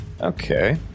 Okay